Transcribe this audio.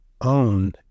own